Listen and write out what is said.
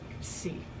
see